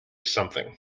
something